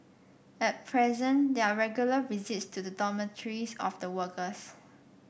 at present there are regular visits to the dormitories of the workers